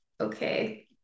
okay